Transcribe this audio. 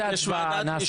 יש ועדת משנה לענייני איו"ש.